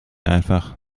einfach